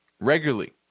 regularly